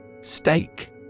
Steak